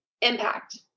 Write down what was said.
impact